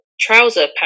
trouser